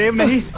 yeah me